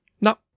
No